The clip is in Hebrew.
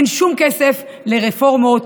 אין שום כסף לרפורמות,